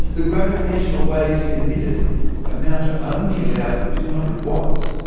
the gravitational waves emitted amount to only about two hundred watts.